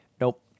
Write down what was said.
nope